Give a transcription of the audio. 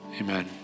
Amen